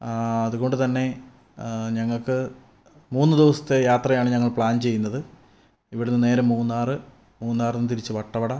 അതുകൊണ്ട് തന്നെ ഞങ്ങൾക്ക് മൂന്ന് ദിവസത്തെ യാത്രയാണ് ഞങ്ങൾ പ്ലാൻ ചെയ്യുന്നത് ഇവിടുന്ന് നേരെ മൂന്നാറ് മൂന്നാറിൽ നിന്ന് തിരിച്ച് വട്ടവട